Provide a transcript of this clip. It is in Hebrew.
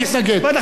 משפט אחרון, אדוני.